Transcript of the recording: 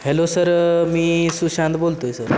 hello sir मी सुशांत बोलतो आहे सर